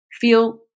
feel